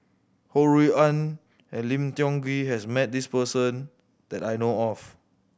Ho Rui An and Lim Tiong Ghee has met this person that I know of